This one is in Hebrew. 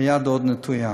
והיד עוד נטויה.